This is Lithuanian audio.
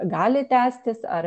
gali tęstis ar